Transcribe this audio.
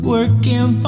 Working